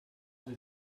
sie